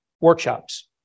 workshops